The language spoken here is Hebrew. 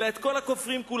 אלא את כל הכופרים כולם.